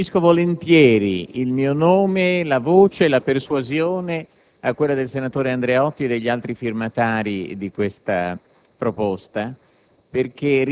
unisco volentieri il mio nome, la mia voce e persuasione a quella del senatore Andreotti e degli altri firmatari della mozione